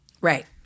Right